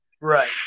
Right